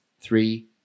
Three